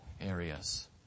areas